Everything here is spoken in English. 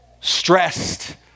stressed